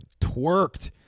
twerked